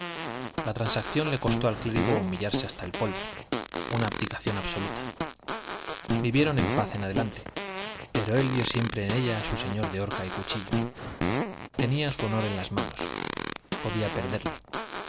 la transacción le costó al clérigo humillarse hasta el polvo una abdicación absoluta vivieron en paz en adelante pero él vio siempre en ella a su señor de horca y cuchillo tenía su honor en las manos podía perderle